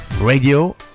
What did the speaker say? Radio